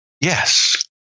Yes